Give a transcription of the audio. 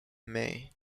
may